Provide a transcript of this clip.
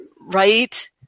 Right